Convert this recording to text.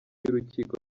y’urukiko